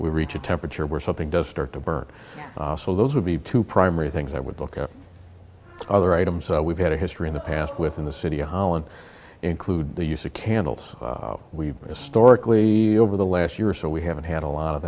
we reach a temperature where something does start to burn so those would be two primary things i would look at other items we've had a history in the past within the city of holland include the use of candles we've historically over the last year or so we haven't had a lot of